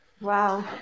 Wow